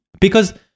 because-